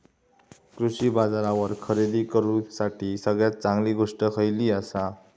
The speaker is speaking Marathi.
कृषी बाजारावर खरेदी करूसाठी सगळ्यात चांगली गोष्ट खैयली आसा?